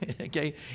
okay